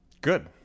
Good